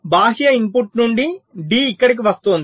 బాహ్య ఇన్పుట్ నుండి D ఇక్కడ కు వస్తోంది